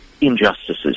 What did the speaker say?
Injustices